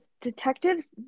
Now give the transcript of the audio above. detective's